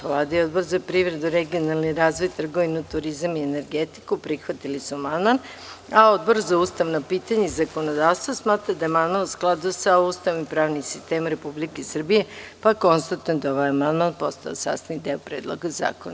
Vlada i Odbor za privredu, regionalni razvoj, trgovinu, turizam i energetiku prihvatili su amandman, a Odbor za ustavna pitanja i zakonodavstvo smatra da je amandman u skladu sa Ustavom i pravnim sistemom Republike Srbije, pa konstatujem da je ovaj amandman postao sastavni deo Predloga zakona.